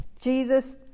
Jesus